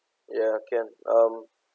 ya can um